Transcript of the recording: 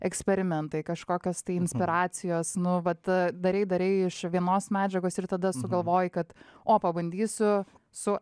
eksperimentai kažkokios tai inspiracijos nu vat darei darei iš vienos medžiagos ir tada sugalvoji kad o pabandysiu su